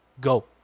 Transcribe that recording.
go